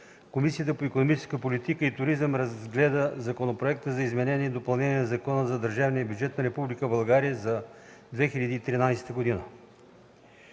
Комисията по икономическата политика и туризъм разгледа Законопроекта за изменение и допълнение на Закона за държавния бюджет на Република България за 2013 г.